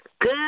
Good